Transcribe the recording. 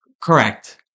Correct